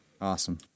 Awesome